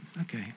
okay